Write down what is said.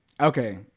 Okay